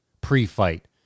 pre-fight